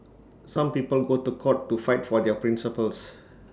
some people go to court to fight for their principles